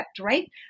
right